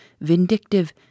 vindictive